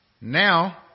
Now